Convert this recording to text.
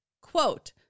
Quote